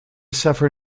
suffer